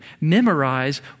memorize